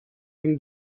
been